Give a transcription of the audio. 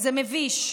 וזה מביש.